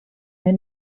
mir